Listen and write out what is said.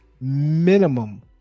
minimum